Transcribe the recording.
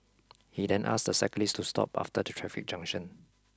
he then asked the cyclist to stop after the traffic junction